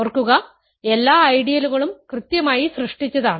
ഓർക്കുക എല്ലാ ഐഡിയലുകളും കൃത്യമായി സൃഷ്ടിച്ചതാണ്